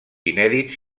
inèdits